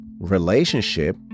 relationship